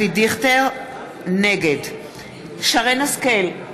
נגד שרן השכל,